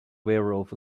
werewolf